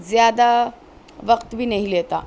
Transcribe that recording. زیادہ وقت بھی نہیں لیتا